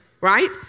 right